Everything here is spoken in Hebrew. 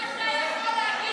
אתה יכול להגיד,